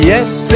Yes